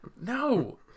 No